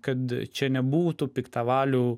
kad čia nebūtų piktavalių